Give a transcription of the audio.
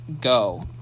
Go